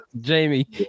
Jamie